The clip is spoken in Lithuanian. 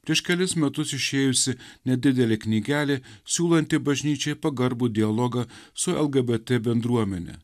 prieš kelis metus išėjusi nedidelė knygelė siūlanti bažnyčiai pagarbų dialogą su lgbt bendruomene